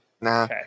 Nah